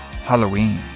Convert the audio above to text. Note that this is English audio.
Halloween